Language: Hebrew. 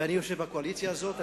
ואני יושב בקואליציה הזאת,